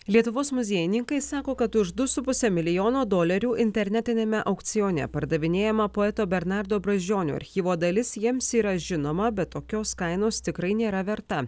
lietuvos muziejininkai sako kad už du su puse milijono dolerių internetiniame aukcione pardavinėjama poeto bernardo brazdžionio archyvo dalis jiems yra žinoma bet tokios kainos tikrai nėra verta